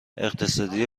اقتصاد